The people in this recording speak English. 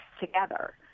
together